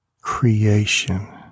creation